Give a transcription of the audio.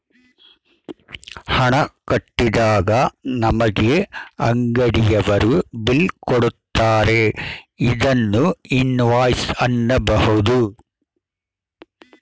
ಹಣ ಕಟ್ಟಿದಾಗ ನಮಗೆ ಅಂಗಡಿಯವರು ಬಿಲ್ ಕೊಡುತ್ತಾರೆ ಇದನ್ನು ಇನ್ವಾಯ್ಸ್ ಅನ್ನಬೋದು